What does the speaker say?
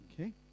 Okay